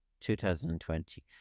2020